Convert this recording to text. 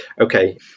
Okay